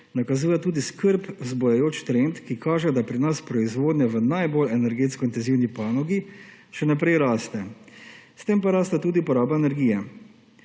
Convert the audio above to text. nakazuje tudi skrb vzbujajoč trend, ki kaže, da pri nas proizvodnja v najbolj energetsko intenzivni panogi še naprej raste. S tem pa raste tudi poraba energije.